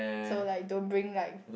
so like don't bring like